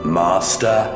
master